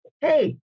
hey